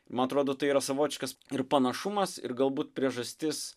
man atrodo tai yra savotiškas ir panašumas ir galbūt priežastis